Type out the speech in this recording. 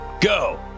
Go